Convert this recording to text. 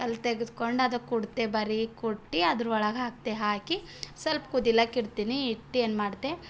ಕಲ್ಲು ತೆಗೆದುಕೊಂಡು ಅದಕ್ಕೆ ಕುಡ್ತೆ ಬರೀಕ್ ಕುಟ್ಟಿ ಅದರ ಒಳಗೆ ಹಾಕ್ತೆ ಹಾಕಿ ಸ್ವಲ್ಪ ಕುದಿಲಕ್ ಇಡ್ತೀನಿ ಇಟ್ಟು ಏನು ಮಾಡ್ತೆ